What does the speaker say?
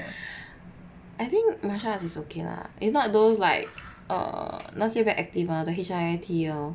I think martial arts is okay lah is not those like err 那些 very active ones the HIIT lor